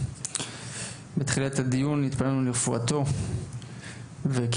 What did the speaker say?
בתחילת הדיון התפללנו לרפואתו וקיבלנו